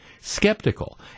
skeptical